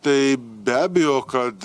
tai be abejo kad